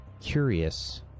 curious